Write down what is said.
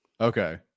okay